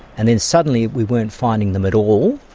and then suddenly we weren't finding them at all,